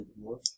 more